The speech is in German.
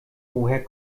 woher